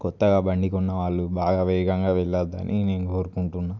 కొత్తగా బండి కొన్న వాళ్ళు బాగా వేగంగా వెళ్ళద్దు అని నేను కోరుకుంటున్నాను